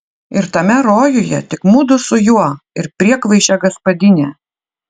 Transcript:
ir tame rojuje tik mudu su juo ir priekvaišė gaspadinė